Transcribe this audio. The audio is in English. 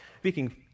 speaking